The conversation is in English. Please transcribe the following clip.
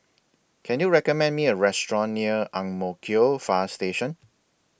Can YOU recommend Me A Restaurant near Ang Mo Kio Far Station